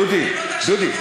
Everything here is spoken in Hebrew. דודי, דודי.